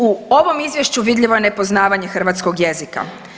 U ovom izvješću vidljivo je nepoznavanje hrvatskog jezika.